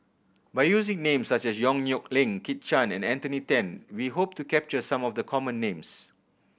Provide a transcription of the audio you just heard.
by using names such as Yong Nyuk Lin Kit Chan and Anthony Then we hope to capture some of the common names